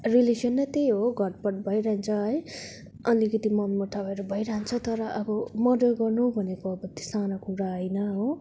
relation नै त्यही हो घटबढ भइरहन्छ है अलिकति मनमुटाउहरू भइरहन्छ तर अब मर्डर गर्नु भनेको अब त्यो सानो कुरा होइन हो